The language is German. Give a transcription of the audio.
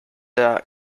der